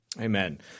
Amen